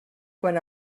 quan